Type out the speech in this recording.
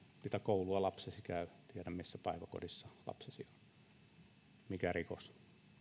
mitä koulua lapsesi käy tiedän missä päiväkodissa lapsesi on mikä rikos